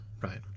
right